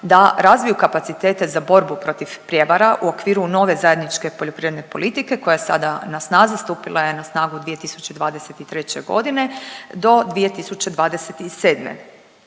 da razviju kapacitete za borbu protiv prijevara u okviru nove zajedničke poljoprivredne politike koja je sada na snazi, stupila je na snagu 2023.g. do 2027..